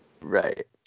Right